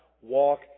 walk